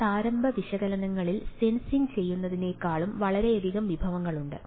ചില പ്രാരംഭ വിശകലനത്തിൽ സെൻസിംഗ് ചെയ്യുന്നതിനേക്കാളും വളരെയധികം വിഭവങ്ങളുണ്ട്